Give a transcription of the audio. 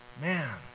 man